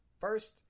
First